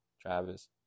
Travis